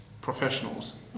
professionals